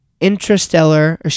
interstellar